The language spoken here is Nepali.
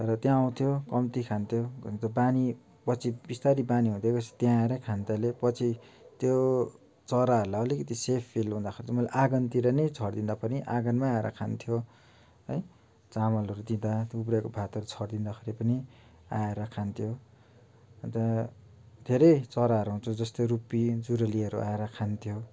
तर त्यहाँ आउँथ्यो कम्ती खान्थ्यो अनि त्यो बानी पछि बिस्तारै बानी हुँदै गए पछि त्यहाँ आएर खान थाल्यो पछि त्यो चराहरूलाई अलिकिति सेफ फिल हुँदाखेरि त मलाई आँगनतिर नै छरिदिँदा पनि आँगनमै आएर खान्थ्यो है चामलहरू दिँदा उब्रेको भातहरू छरिदिँदा खेर पनि आएर खान्थ्यो अन्त धेरै चराहरू आउँछ जस्तो रुपी जुरेलीहरू आएर खान्थ्यो